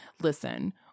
listen